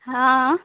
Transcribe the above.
हँ